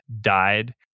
died